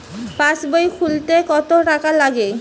পাশবই খুলতে কতো টাকা লাগে?